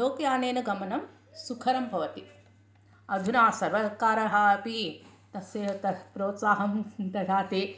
लोकयानेन गमनं सुखरं भवति अधुना सर्वकारः अपि तस्य तत् प्रोत्साहसं ददाति